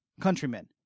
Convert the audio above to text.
countrymen